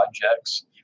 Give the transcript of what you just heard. projects